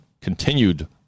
continued